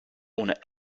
ohne